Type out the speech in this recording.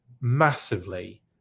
massively